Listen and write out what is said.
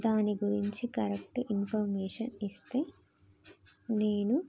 దాని గురించి correct information ఇస్తే నేను